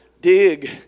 dig